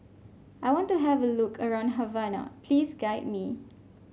I want to have a look around Havana please guide me